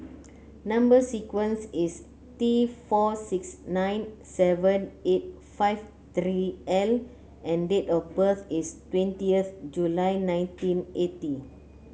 number sequence is T four six nine seven eight five three L and date of birth is twentieth July nineteen eighty